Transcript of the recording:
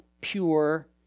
pure